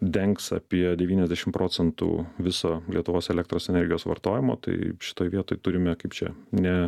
dengs apie devyniasdešim procentų viso lietuvos elektros energijos vartojimo tai šitoj vietoj turime kaip čia ne